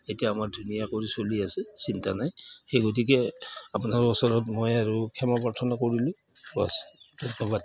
এতিয়া আমাৰ ধুনীয়াকৈ চলি আছে চিন্তা নাই সেই গতিকে আপোনাৰ ওচৰত মই আৰু ক্ষমা প্ৰাৰ্থনা কৰিলোঁ বছ ধন্যবাদ